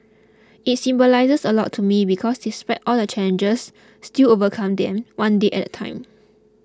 it symbolises a lot to me because despite all the challenges still overcame them one day at a time